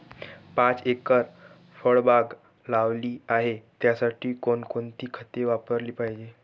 पाच एकर फळबाग लावली आहे, त्यासाठी कोणकोणती खते वापरली पाहिजे?